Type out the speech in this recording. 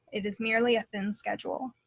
it is merely a thin schedule.